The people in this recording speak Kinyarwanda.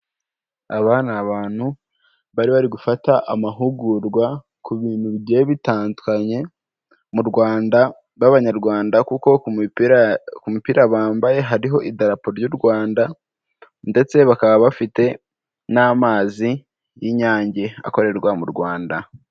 Aba ni abantu bari bari gufata amahugurwa ku bintu bigiye bitandukanye mu Rwanda, b'Abanyarwanda kuko ku mipira bambaye hariho idarapo ry'u Rwanda ndetse bakaba bafite n'amazi y'Inyange akorerwa mu Rwanda.